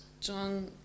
John